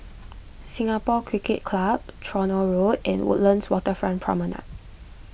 Singapore Cricket Club Tronoh Road and Woodlands Waterfront Promenade